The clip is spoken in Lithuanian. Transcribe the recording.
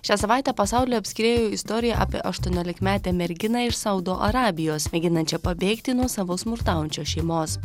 šią savaitę pasaulį apskriejo istorija apie aštuoniolikmetę merginą iš saudo arabijos mėginančią pabėgti nuo savo smurtaujančios šeimos